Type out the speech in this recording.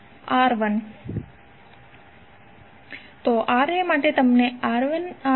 વિરુદ્ધ star resistor R1 છે